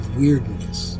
weirdness